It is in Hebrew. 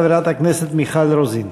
חברת הכנסת מיכל רוזין.